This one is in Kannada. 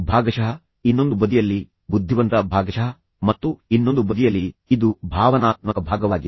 ಭಾಗಶಃ ಇನ್ನೊಂದು ಬದಿಯಲ್ಲಿ ಬುದ್ಧಿವಂತ ಭಾಗಶಃ ಮತ್ತು ಇನ್ನೊಂದು ಬದಿಯಲ್ಲಿ ಇದು ಭಾವನಾತ್ಮಕ ಭಾಗವಾಗಿದೆ